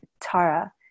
Tara